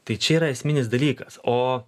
tai čia yra esminis dalykas o